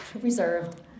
reserved